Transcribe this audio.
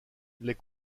les